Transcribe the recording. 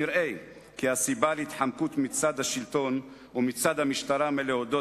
נראה כי הסיבה להתחמקות מצד השלטון ומצד המשטרה מלהודות